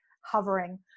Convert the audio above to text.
hovering